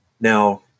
Now